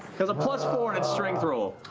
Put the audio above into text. has a plus four on its strength roll.